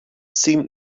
seemed